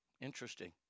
Interesting